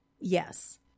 Yes